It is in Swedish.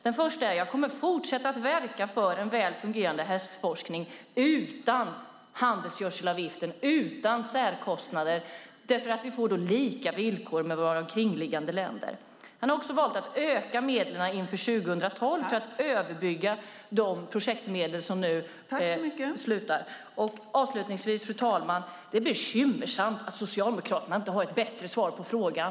Den första är att han kommer att fortsätta verka för en väl fungerande hästforskning utan handelsgödselavgiften och utan särkostnader därför att vi då får lika villkor som omkringliggande länder. Han har också valt att öka medlen inför 2012 för att överbrygga de projektmedel som nu upphör. Fru talman! Avslutningsvis är det bekymmersamt att Socialdemokraterna inte har ett bättre svar på frågan.